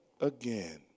again